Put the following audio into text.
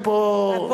הם פה,